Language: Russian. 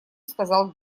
сказал